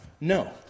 No